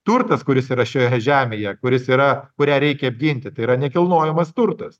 turtas kuris yra šioje žemėje kuris yra kurią reikia apginti tai yra nekilnojamas turtas